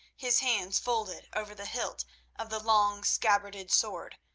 his hands folded over the hilt of the long, scabbarded sword,